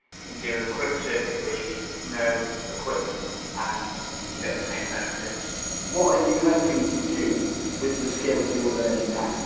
you can do a quick circuit where you need no equipment and you get the same benefits what are you hoping to do with the skills your learning now?